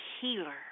healer